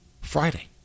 Friday